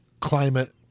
climate